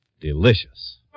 delicious